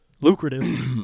lucrative